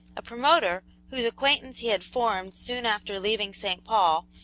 a promoter, whose acquaintance he had formed soon after leaving st. paul,